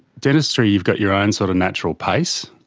dentistry, you've got your own sort of natural pace,